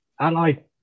Allied